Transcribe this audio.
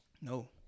No